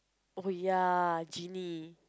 oh ya genie